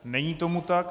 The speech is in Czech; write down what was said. Není tomu tak.